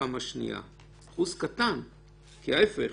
כי להפך,